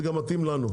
זה גם מתאים גם לנו,